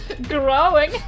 growing